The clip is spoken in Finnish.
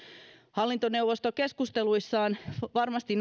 hallintoneuvosto keskusteluissaan varmasti